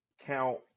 count